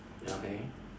ya okay